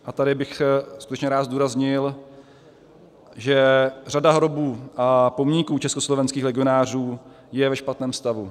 A tady bych skutečně rád zdůraznil, že řada hrobů a pomníků československých legionářů je ve špatném stavu.